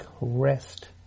rest